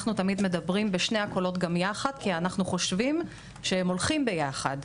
אנחנו תמיד מדברים בשני הקולות גם יחד כי אנחנו חושבים שהם הולכים ביחד.